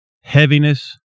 heaviness